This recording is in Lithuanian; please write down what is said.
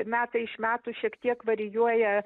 metai iš metų šiek tiek varijuoja